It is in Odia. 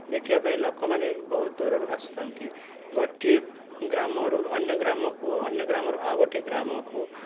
ଦେଖିବା ପାଇଁ ଲୋକମାନେ ବହୁତ ଦୂରରୁ ଆସିଥାନ୍ତି ଗୋଟିଏ ଗ୍ରାମରୁ ଅନ୍ୟ ଗ୍ରାମକୁ ଅନ୍ୟ ଗ୍ରାମରୁ ଆଉ ଗୋଟିଏ ଗ୍ରାମକୁ